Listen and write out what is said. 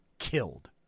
Killed